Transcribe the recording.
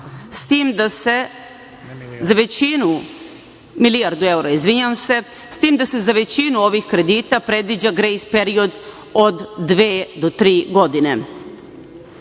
s tim da se za većinu ovih kredita predviđa grejs period od dve do tri